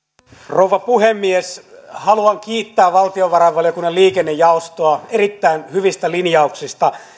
rouva puhemies haluan kiittää valtiovarainvaliokunnan liikennejaostoa erittäin hyvistä linjauksista